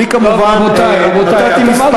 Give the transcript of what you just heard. אני, כמובן, טוב, רבותי, רבותי, אתם אל